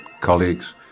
colleagues